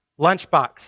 lunchbox